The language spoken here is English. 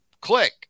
click